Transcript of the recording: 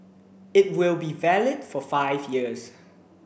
it will be valid for five years